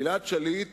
גלעד שליט